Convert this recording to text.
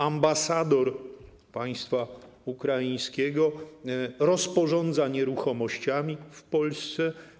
Ambasador państwa ukraińskiego rozporządza nieruchomościami w Polsce.